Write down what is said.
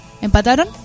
empataron